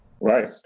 Right